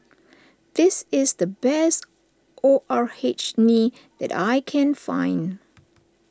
this is the best O R H Nee that I can find